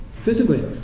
physically